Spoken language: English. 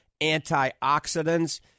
antioxidants